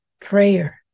prayer